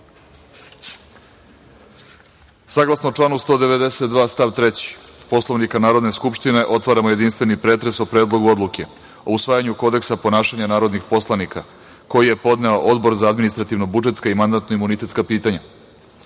predloge. Saglasno članu 192. stav 3. Poslovnika Narodne skupštine, otvaramo jedinstveni pretres o Predlogu odluke o usvajanju Kodeksa ponašanja narodnih poslanika, koji je podneo Odbor za administrativno-budžetska i mandatno-imunitetska pitanja. Da